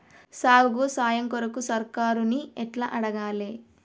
సాగుకు సాయం కొరకు సర్కారుని ఎట్ల అడగాలే?